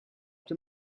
dem